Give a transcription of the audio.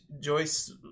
Joyce